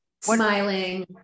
Smiling